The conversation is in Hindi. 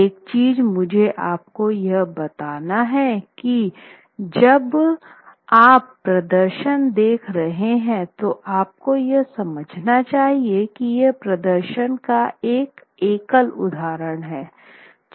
एक चीज़ मुझे आपको यह बताना है कि जब आप प्रदर्शन देख रहे हैं तो आपको यह समझना चाहिए की यह प्रदर्शन एक एकल उदाहरण है